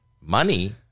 Money